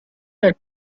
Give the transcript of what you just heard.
del